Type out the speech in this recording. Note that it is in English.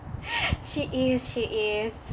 she is she is